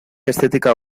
estetika